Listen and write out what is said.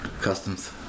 customs